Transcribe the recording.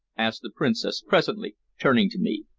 asked the princess presently, turning to me.